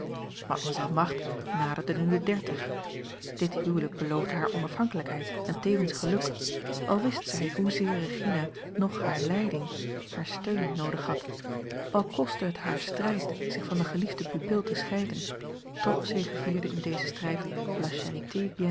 mademoiselle marthe naderde nu de dertig dit huwelijk beloofde haar onafhankelijkheid en tevens geluk al wist zij hoezeer regina nog hare leiding haar steun noodig had al kostte het haar strijd zich van de geliefde pupil te scheiden toch zegevierde in dezen strijd